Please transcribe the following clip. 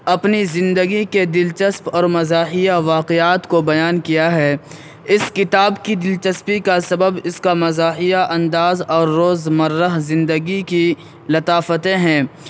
اپنی زندگی کے دلچسپ اور مزاحیہ واقعات کو بیان کیا ہے اس کتاب کی دلچسپی کا سبب اس کا مزاحیہ انداز اور روزمرہ زندگی کی لطافتیں ہیں